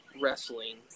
wrestling